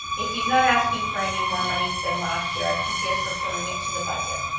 if he's not asking for anymore money than last year, i can see us referring it to the budget,